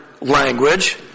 language